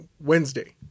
Wednesday